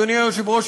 אדוני היושב-ראש,